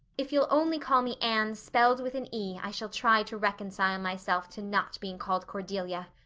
if you'll only call me anne spelled with an e i shall try to reconcile myself to not being called cordelia.